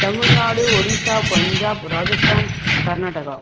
Tamil Nadu Odisha Punjab Rajasthan Karnataka